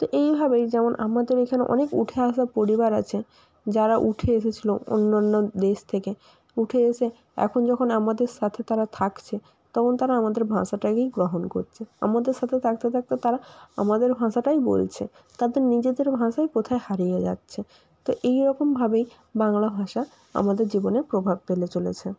তো এইভাবেই যেমন আমাদের এখানে অনেক উঠে আসা পরিবার আছে যারা উঠে এসেছিল অন্যান্য দেশ থেকে উঠে এসে এখন যখন আমাদের সাথে তারা থাকছে তখন তারা আমাদের ভাষাটাকেই গ্রহণ করছে আমাদের সাথে থাকতে থাকতে তারা আমাদের ভাষাটাই বলছে তাদের নিজেদের ভাষাই কোথায় হারিয়ে যাচ্ছে তো এইরকমভাবেই বাংলা ভাষা আমাদের জীবনে প্রভাব ফেলে চলেছে